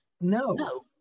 No